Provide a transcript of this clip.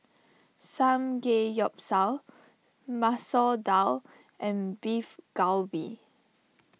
Samgeyopsal Masoor Dal and Beef Galbi